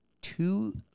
two